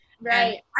Right